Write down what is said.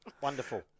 Wonderful